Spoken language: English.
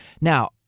Now